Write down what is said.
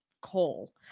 coal